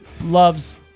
loves